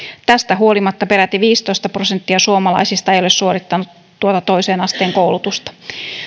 tästä huolimatta peräti viisitoista prosenttia suomalaisista ei ole suorittanut tuota toisen asteen koulutusta